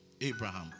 Abraham